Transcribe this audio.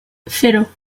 cero